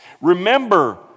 Remember